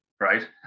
Right